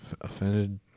offended